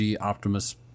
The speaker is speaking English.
Optimus